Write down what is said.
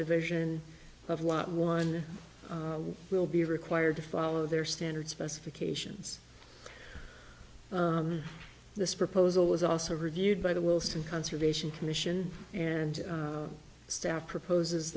subdivision of lot one will be required to follow their standard specifications this proposal was also reviewed by the wilson conservation commission and staff proposes